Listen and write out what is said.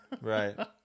right